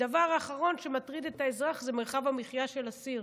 והדבר האחרון שמטריד את האזרח זה מרחב המחיה של אסיר.